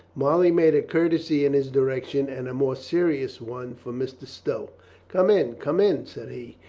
molly made a courtesy in his direction and a more serious one for mr. stowa come in, come in, said he,